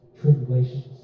Tribulations